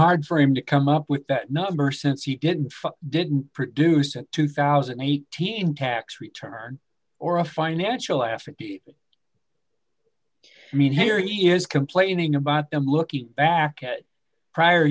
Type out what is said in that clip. hard for him to come up with that number since he didn't produce a two thousand and eighteen tax return or a financial aspect i mean here he is complaining about them looking back at prior